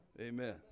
Amen